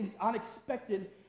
unexpected